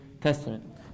Testament